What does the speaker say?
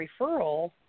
referral